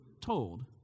told